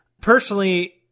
personally